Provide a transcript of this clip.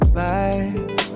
life